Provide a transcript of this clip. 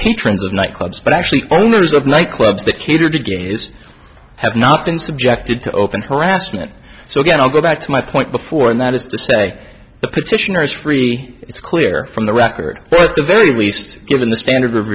patrons of night clubs but actually owners of night clubs that cater to gays have not been subjected to open harassment so again i'll go back to my point before and that is to say the petitioner is free it's clear from the record but at the very least given the standard of